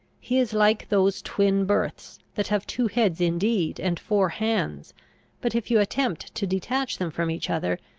he is like those twin-births, that have two heads indeed, and four hands but, if you attempt to detach them from each other,